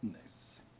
Nice